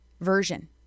version